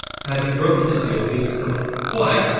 having broken the seal, he exclaimed why,